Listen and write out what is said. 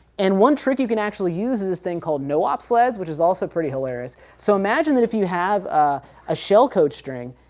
and one trick you can actually use is this thing called nop um sleds, which is also pretty hilarious. so imagine that if you have a ah shell code string,